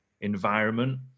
environment